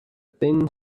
thin